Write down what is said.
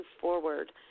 forward